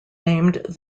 named